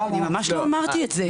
אבל --- אני ממש לא אמרתי את זה,